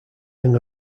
young